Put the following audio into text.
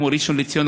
כמו ראשון-לציון,